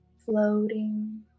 floating